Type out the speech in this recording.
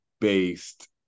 based